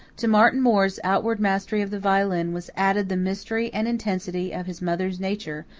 to martin moore's outward mastery of the violin was added the mystery and intensity of his mother's nature,